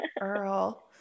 Earl